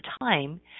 time